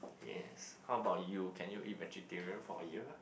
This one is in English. yes how about you can you eat vegetarian for a year